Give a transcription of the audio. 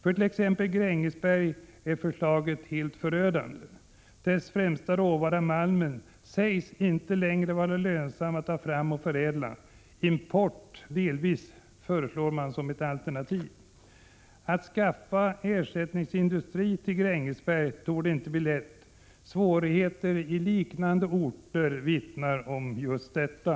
För t.ex. Grängesberg är förslaget helt förödande. Dess främsta råvara, malmen, sägs inte vara lönsam att ta fram och förädla — import till viss del föreslås som ett alternativ. Att skaffa ersättningsindustri till Grängesberg torde inte bli lätt. Svårigheter i liknande orter vittnar om detta.